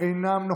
לא נעים לי,